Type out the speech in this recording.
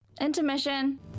Intermission